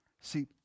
See